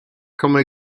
komme